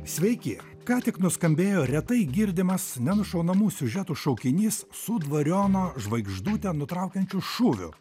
sveiki ką tik nuskambėjo retai girdimas nenušaunamų siužetų šaukinys su dvariono žvaigždute nutraukiančiu šūviu